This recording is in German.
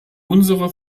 unsere